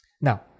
Now